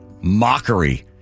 mockery